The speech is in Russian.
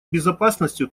безопасностью